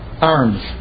arms